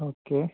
okay